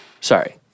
Sorry